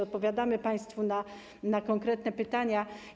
Odpowiadamy państwu na konkretne pytania.